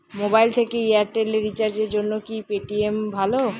Mobile থেকে Airtel এ রিচার্জের জন্য কি পেটিএম ভালো?